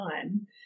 time